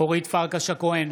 פרקש הכהן,